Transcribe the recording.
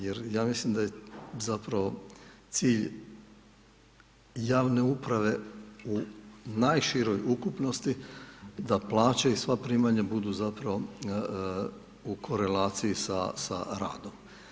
Jer ja mislim da zapravo cilj javne uprave u najširoj ukupnosti da plaće i sva primanja budu zapravo u korelaciji sa radom.